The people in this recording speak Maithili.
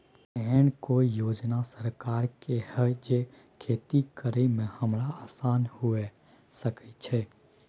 एहन कौय योजना सरकार के है जै खेती करे में हमरा आसान हुए सके छै?